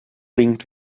winkt